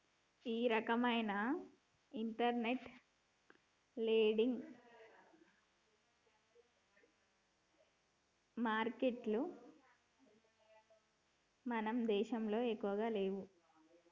ఈ రకవైన internet lending మారికెట్టులు మన దేశంలో ఎక్కువగా లేవు